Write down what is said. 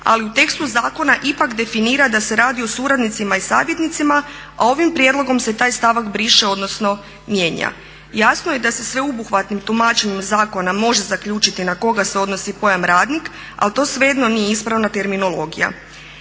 ali u tekstu zakona ipak definira da se radi o suradnicima i savjetnicima, a ovim prijedlogom se taj stavak briše, odnosno mijenja. Jasno je da se sveobuhvatnim tumačenjem zakona može zaključiti na koga se odnosi pojam radnik ali to svejedno nije ispravna terminologija.